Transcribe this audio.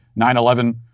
9/11